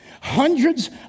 Hundreds